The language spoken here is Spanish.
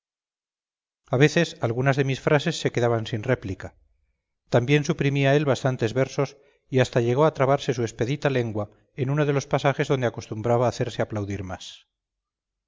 a veces algunas de mis frases se quedaban sin réplica también suprimía él bastantes versos y hasta llegó a trabarse su expedita lengua en uno de los pasajes donde acostumbraba hacerse aplaudir más